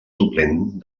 suplent